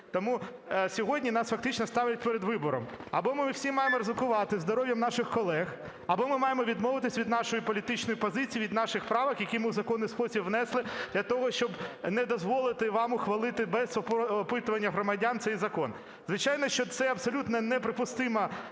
Тому сьогодні нас фактично ставлять перед вибором: або всіма ризикувати здоров'ям наших колег, або ми маємо відмовитися від нашої політичної позиції, від наших правок, які ми в законний спосіб внесли для того, щоб не дозволити вам ухвалити без опитування громадян цей закон. Звичайно, що це абсолютно неприпустимий